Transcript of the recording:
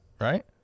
Right